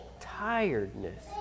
tiredness